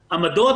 מן העמדות,